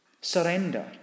Surrender